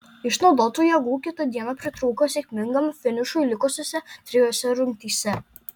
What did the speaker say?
išnaudotų jėgų kitą dieną pritrūko sėkmingam finišui likusiose trijose rungtyse